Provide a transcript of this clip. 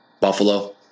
Buffalo